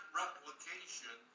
replication